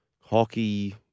hockey